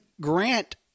grant